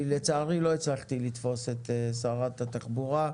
לצערי לא הצלחתי לתפוס את שרת התחבורה.